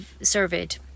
surveyed